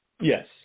Yes